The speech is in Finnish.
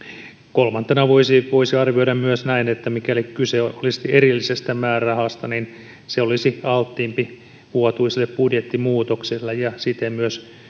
kolmantena voisi voisi arvioida myös näin että mikäli kyse olisi erillisestä määrärahasta niin se olisi alttiimpi vuotuisille budjettimuutoksille ja siten myös